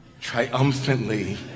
triumphantly